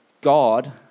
God